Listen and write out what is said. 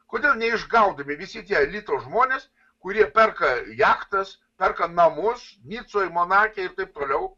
kodėl neišgaudomi visi tie elito žmonės kurie perka jachtas perka namus nicoje monake ir taip toliau